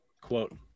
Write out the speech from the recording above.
quote